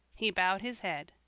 he bowed his head,